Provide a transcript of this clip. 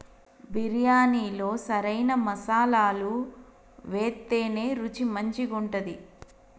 బిర్యాణిలో సరైన మసాలాలు వేత్తేనే రుచి మంచిగుంటది